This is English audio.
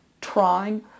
trying